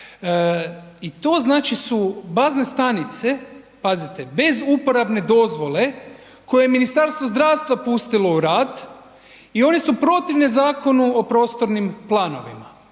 i to znači su bazne stanice pazite bez uporabne dozvole koje je Ministarstvo zdravstva pustilo u rad i one su protivne Zakonu o prostornim planovima.